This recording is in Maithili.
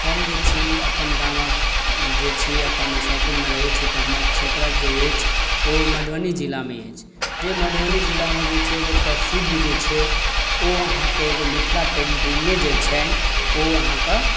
हम जे छी अपन गामक जे छी अपन इसहपुरमे रहै छी तऽ हमर क्षेत्रक जे अछि ओ मधुबनी जिलामे अछि जे मधुबनी जिलामे जे छै एगो प्रसिद्ध जे छै ओ आहाँके एगो मिथिला पेन्टिंगे जे छनि ओ आहाँके